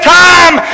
time